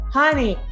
honey